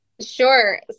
Sure